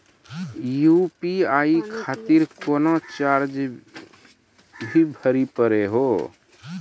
UPI खातिर कोनो charge भी भरी पड़ी हो?